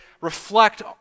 reflect